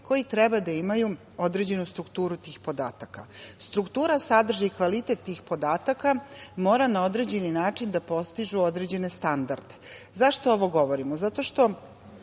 koji treba da imaju određenu strukturu tih podataka. Struktura sadrži i kvalitet tih podataka, mora na određeni način da postižu određene standarde. Zašto ovo govorimo? Zato što